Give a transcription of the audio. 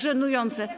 Żenujące.